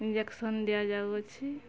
injection ଦିଆଯାଉଅଛି